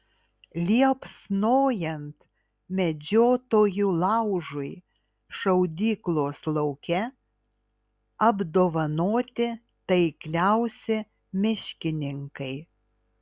liepsnojant medžiotojų laužui šaudyklos lauke apdovanoti taikliausi miškininkai